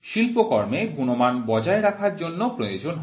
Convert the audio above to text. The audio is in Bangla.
শিল্পকর্মে গুণমান বজায় রাখার জন্য প্রয়োজন হয়